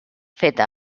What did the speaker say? feta